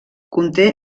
conté